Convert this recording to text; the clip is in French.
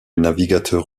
navigateur